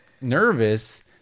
nervous